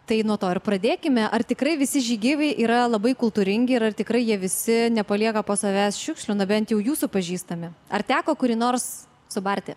tai nuo to ir pradėkime ar tikrai visi žygeiviai yra labai kultūringi ir ar tikrai jie visi nepalieka po savęs šiukšlių na bent jau jūsų pažįstami ar teko kurį nors subarti